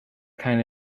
kind